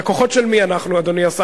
לקוחות של מי אנחנו, אדוני השר?